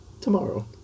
tomorrow